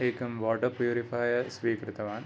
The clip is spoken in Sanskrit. एकं वाटर् प्युरीफायर् स्वीकृतवान्